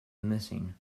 missing